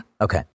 Okay